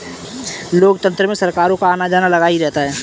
लोकतंत्र में सरकारों का आना जाना लगा ही रहता है